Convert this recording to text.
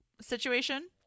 situation